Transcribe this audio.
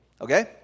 Okay